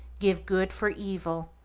give good for evil,